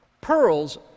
Pearls